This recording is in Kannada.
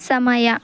ಸಮಯ